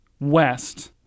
west